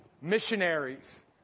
missionaries